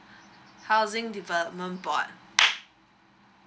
housing development board